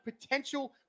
potential